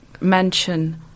mention